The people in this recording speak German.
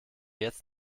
jetzt